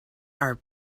are